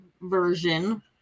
version